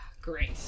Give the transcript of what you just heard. Great